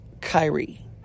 Kyrie